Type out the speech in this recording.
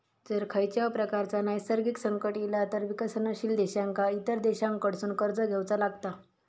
जर खंयच्याव प्रकारचा नैसर्गिक संकट इला तर विकसनशील देशांका इतर देशांकडसून कर्ज घेवचा लागता